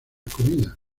comida